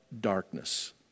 darkness